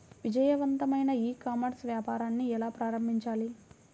విజయవంతమైన e commerce వ్యాపారాన్ని ఎలా ప్రారంభించాలి?